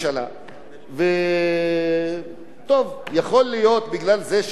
יכול להיות שזה בגלל שהיא באה מספסלי האופוזיציה.